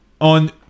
on